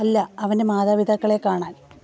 അല്ല അവന്റെ മാതാപിതാക്കളെ കാണാൻ